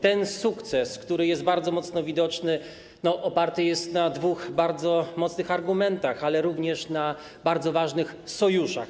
Ten sukces, który jest bardzo mocno widoczny, oparty jest na dwóch bardzo mocnych argumentach, ale również na bardzo ważnych sojuszach.